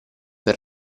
per